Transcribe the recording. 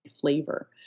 flavor